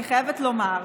אני חייבת לומר,